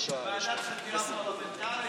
ועדת חקירה פרלמנטרית?